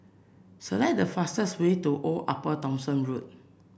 select the fastest way to Old Upper Thomson Road